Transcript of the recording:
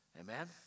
Amen